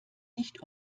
nicht